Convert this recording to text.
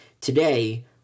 Today